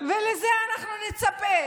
לזה אנחנו נצפה.